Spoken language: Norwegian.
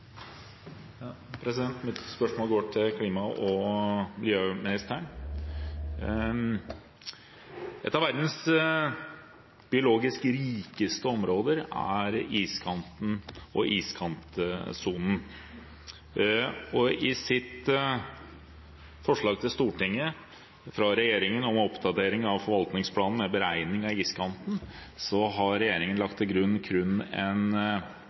Mitt spørsmål går til klima- og miljøministeren. Et av verdens biologisk rikeste områder er iskanten og iskantsonen. I sitt forslag til Stortinget om oppdatering av forvaltningsplanen, med beregning av iskanten, har regjeringen lagt til grunn kun en